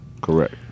Correct